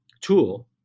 tool